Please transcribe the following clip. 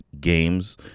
games